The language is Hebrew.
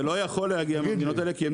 זה לא יכול להגיע מהמדינות האלה כי הן